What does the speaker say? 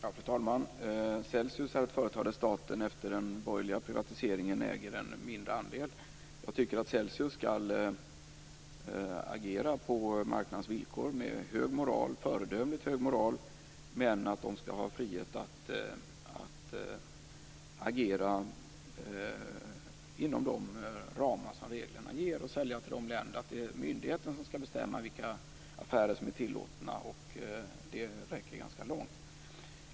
Fru talman! Celsius är ett företag där staten efter den borgerliga privatiseringen äger en mindre andel. Jag tycker att Celsius skall agera på marknadens villkor med föredömligt hög moral. Men man skall ha frihet att agera inom de ramar som reglerna ger. Det är myndigheten som skall bestämma vilka affärer som är tillåtna, och det räcker ganska långt.